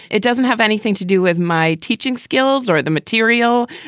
it doesn't have anything to do with my teaching skills or the material.